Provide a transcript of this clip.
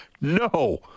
No